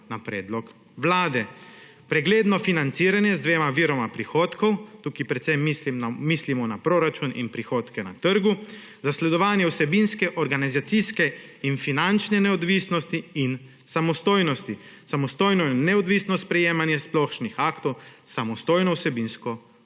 na predlog Vlade; pregledno financiranje z dvema viroma prihodkov – tukaj predvsem mislimo na proračun in prihodke na trgu ‒; zasledovanje vsebinske, organizacijske in finančne neodvisnosti in samostojnosti; samostojno in neodvisno sprejemanje splošnih aktov, samostojno vsebinsko